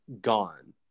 gone